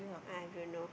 I don't know